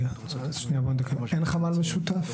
אין חמ"ל משותף?